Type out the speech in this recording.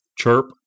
chirp